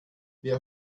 wer